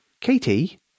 Katie